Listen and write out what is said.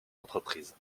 entreprises